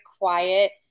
quiet